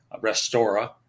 Restora